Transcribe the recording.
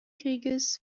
krieges